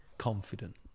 confident